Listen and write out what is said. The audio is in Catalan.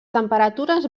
temperatures